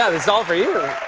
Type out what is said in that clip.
um is all for you.